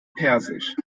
persisch